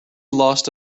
lost